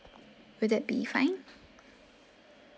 will that be fine